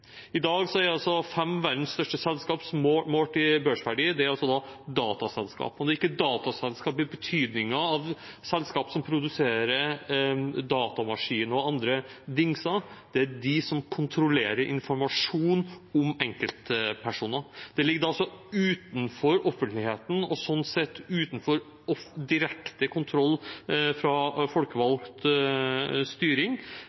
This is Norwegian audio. I dag er fem verdens største selskap målt i børsverdi dataselskap – og ikke dataselskap i betydningen selskap som produserer datamaskiner og andre dingser, men det er de som kontrollerer informasjon om enkeltpersoner. Det ligger utenfor offentligheten og er sånn sett utenfor direkte kontroll fra folkevalgt styring.